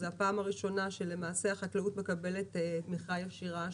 זאת הפעם הראשונה שהחקלאות מקבלת תמיכה ישירה,